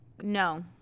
No